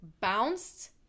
bounced